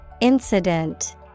Incident